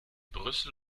brüssel